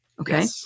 Okay